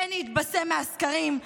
בני התבשם מהסקרים,